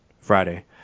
Friday